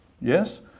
Yes